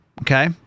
Okay